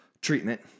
treatment